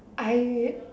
I